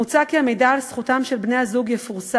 מוצע כי המידע על זכותם של בני-הזוג יפורסם